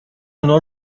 اونها